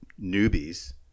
newbies